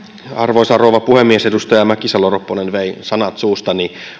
arvoisa rouva puhemies edustaja mäkisalo ropponen vei sanat suustani